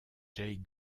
jay